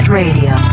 radio